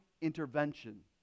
intervention